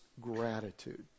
gratitude